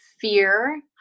fear